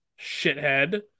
Shithead